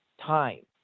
time